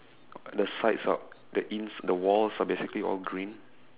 the sides are the in the walls are basically all green